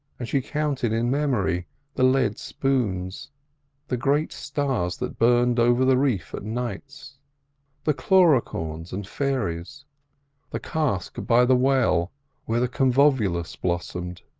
and she counted in memory the lead spoons the great stars that burned over the reef at nights the cluricaunes and fairies the cask by the well where the convolvulus blossomed,